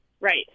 Right